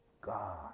God